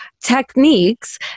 techniques